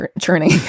churning